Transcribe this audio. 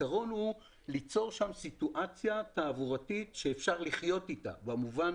הפתרון הוא ליצור שם סיטואציה תעבורתית שאפשר לחיות אתה במובן